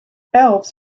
elves